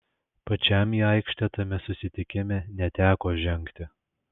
pačiam į aikštę tame susitikime neteko žengti